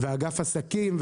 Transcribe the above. ואגף עסקים,